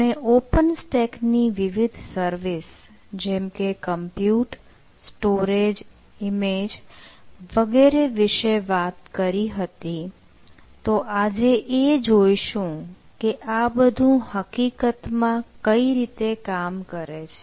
આપણે OpenStack ની વિવિધ સર્વિસ જેમ કે કમ્પ્યુટ સ્ટોરેજ ઇમેજ વગેરે વિશે વાત કરી હતી તો આજે એ જોઈશું કે આ બધું હકીકતમાં કઈ રીતે કામ કરે છે